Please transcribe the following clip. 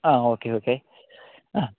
ആ okay okay ആ